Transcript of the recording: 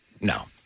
No